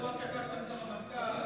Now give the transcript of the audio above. שבוע תקפתם את הרמטכ"ל,